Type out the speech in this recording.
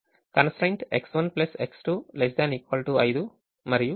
constraint X1 X2 ≤ 5 మరియు 4X1 ≥ 24